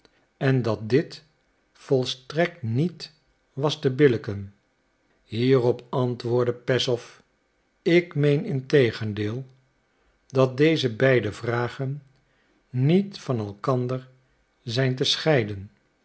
en dat dit volstrekt niet was te billijken hierop antwoordde peszow ik meen integendeel dat deze beide vragen niet van elkander zijn te scheiden